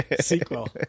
sequel